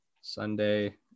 Sunday